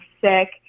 sick